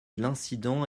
l’incident